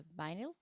vinyl